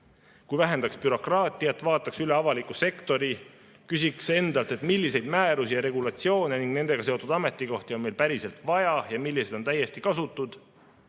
Kui vähendaks bürokraatiat, vaataks üle avaliku sektori, küsiks endalt, milliseid määrusi ja regulatsioone ning nendega seotud ametikohti on meil päriselt vaja ja millised on täiesti kasutud? Eesti